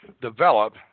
develop